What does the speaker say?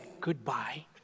goodbye